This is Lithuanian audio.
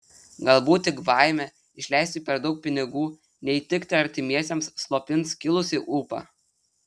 galbūt tik baimė išleisti per daug pinigų neįtikti artimiesiems slopins kilusį ūpą